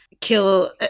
kill